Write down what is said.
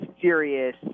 serious